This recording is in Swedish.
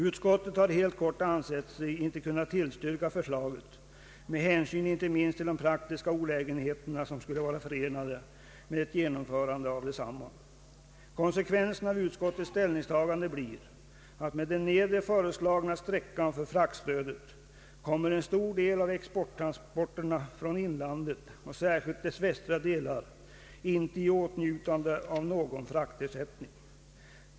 Utskottet har helt kort ansett sig inte kunna tillstyrka förslaget med hänsyn inte minst till de praktiska olägenheter som skulle vara förenade med ett genomförande av förslaget. Konsekvensen av utskottes ställningstagande blir att med den föreslagna nedre gränsen för fraktstödet kommer en stor del av exporttransporterna från inlandet och särskilt dess västra delar icke i åtnjutande av någon fraktnedsättning.